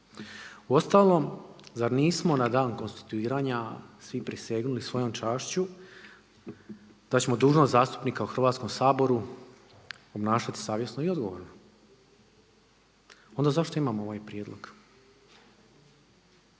Uostalom, zar nismo na dan konstituiranja svi prisegnuli svojom čašću da ćemo dužnost zastupnika u Hrvatskom saboru obnašati savjesno i odgovorno. Onda zašto imamo ovaj prijedlog?